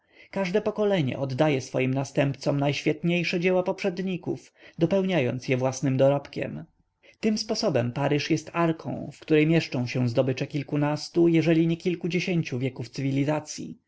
każde pokolenie oddaje swoim następcom najświetniejsze dzieła poprzedników dopełniając je własnym dorobkiem tym sposobem paryż jest arką w której mieszczą się zdobycze kilkunastu jeżeli nie kilkudziesięciu wieków cywilizacyi